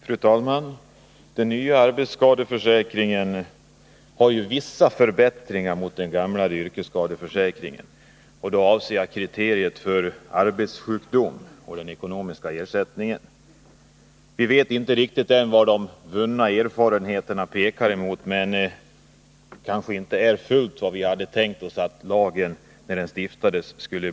Fru talman! Den nya arbetsskadeförsäkringen innebär vissa förbättringar gentemot den gamla yrkesskadeförsäkringen, och då avser jag kriteriet för arbetssjukdom och den ekonomiska ersättningen. Vi vet inte riktigt än vad de vunna erfarenheterna pekar emot, men det kanske inte är fullt vad vi hade tänkt oss att lagen skulle bli när den stiftades.